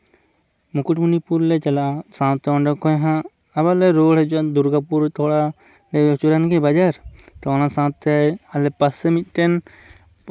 ᱢᱩᱠᱩᱴᱢᱚᱱᱤᱯᱩᱨ ᱞᱮ ᱪᱟᱞᱟᱜᱼᱟ ᱥᱟᱶᱛᱮ ᱚᱸᱰᱮ ᱠᱷᱚᱱ ᱦᱚᱸ ᱟᱵᱟᱨ ᱞᱮ ᱨᱩᱣᱟᱹᱲ ᱦᱤᱡᱩᱜᱼᱟ ᱫᱩᱨᱜᱟᱹᱯᱩᱨ ᱛᱷᱚᱲᱟ ᱞᱮ ᱟᱹᱪᱩᱨᱮᱱᱜᱮ ᱵᱟᱡᱟᱨ ᱚᱱᱟ ᱥᱟᱶᱛᱮ ᱟᱞᱮ ᱯᱟᱥᱮ ᱢᱤᱫᱴᱮᱱ